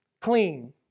Clean